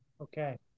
Okay